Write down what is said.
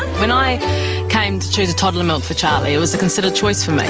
when i came to choose a toddler milk for charlie it was a considered choice for me.